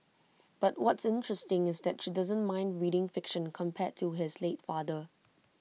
but what's interesting is that she doesn't mind reading fiction compared to his late father